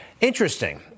Interesting